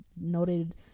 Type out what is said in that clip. noted